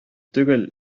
түгел